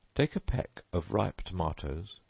take a peck of ripe tomatoes,